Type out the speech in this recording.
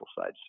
side